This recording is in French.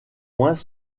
moins